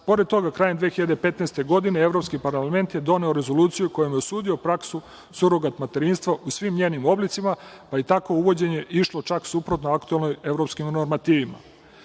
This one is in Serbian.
toga, 2015. godine Evropski parlament je doneo Rezoluciju kojom je osudio praksu surogat materinstva u svim njenim oblicima, pa je tako uvođenje išlo čak suprotno aktuelnim evropskim normativima. Kako